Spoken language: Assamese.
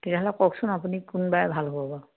তেতিয়াহ'লে কওকচোন আপুনি কোন বাৰ ভাল হ'ব বাৰু